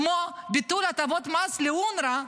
כמו ביטול הטבות מס לאונר"א,